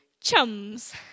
chums